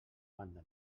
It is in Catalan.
banda